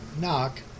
knock